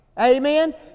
Amen